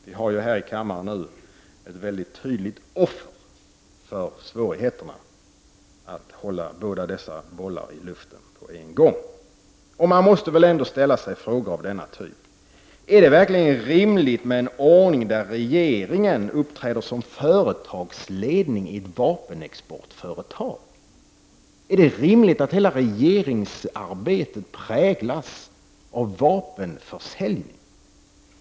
Vi har ju här i kammaren ett väldigt tydligt offer för svårigheterna att hålla dessa båda bollar i luften samtidigt. Man måste väl ändå ställa sig frågor av denna typ: Är det verkligen rimligt med en ordning där regeringen uppträder som företagsledning i ett vapenexportföretag? Är det rimligt att hela regeringsarbetet präglas av vapenförsäljning?